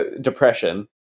depression